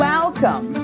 Welcome